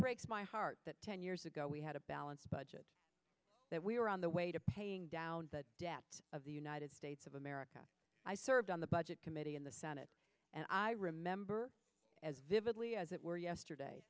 breaks my heart that ten years ago we had a balanced budget that we were on the way to paying down the debt of the united states of america i served on the budget committee in the senate and i remember as vividly as it were yesterday